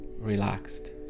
relaxed